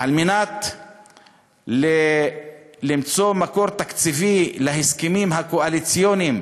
על מנת למצוא מקור תקציבי להסכמים הקואליציוניים